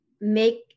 make